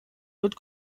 wird